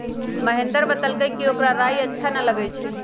महेंदर बतलकई कि ओकरा राइ अच्छा न लगई छई